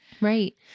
Right